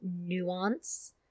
nuance